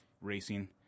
racing